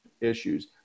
issues